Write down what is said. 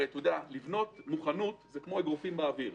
לבנות מוכנות זה כמו אגרופים באוויר.